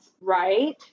Right